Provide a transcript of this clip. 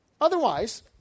Otherwise